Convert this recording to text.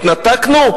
התנתקנו?